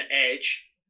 edge